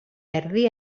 erdi